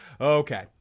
Okay